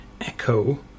echo